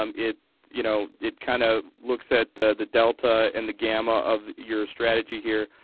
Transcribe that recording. um it you know it kind of looks at the the delta in the gamma of your strategy here.